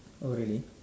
oh really